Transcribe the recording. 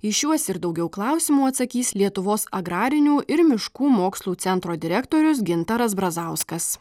į šiuos ir daugiau klausimų atsakys lietuvos agrarinių ir miškų mokslų centro direktorius gintaras brazauskas